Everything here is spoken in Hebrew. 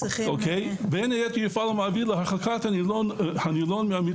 "בין היתר יפעל המעביד להרחקת הנילון מהמתלונן",